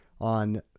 on